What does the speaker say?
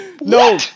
No